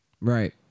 Right